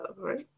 Right